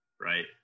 Right